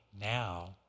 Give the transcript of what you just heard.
now